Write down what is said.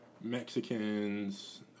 Mexicans